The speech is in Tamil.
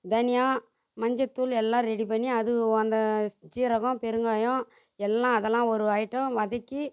தனியா மஞ்சத்தூள் எல்லாம் ரெடி பண்ணி அது அந்த ஜீரகம் பெருங்காயம் எல்லாம் அதெல்லாம் ஒரு ஐட்டம் வதக்கி